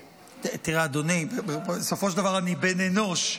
תראה, אדוני, בסופו של דבר אני בן אנוש.